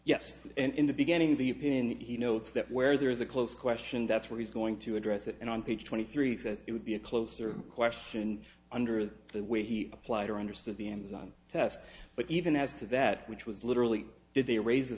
yes and in the beginning the opinion he notes that where there is a close question that's where he's going to address it and on page twenty three that it would be a closer question under the way he applied or understood the amazon test but even as to that which was literally did they raise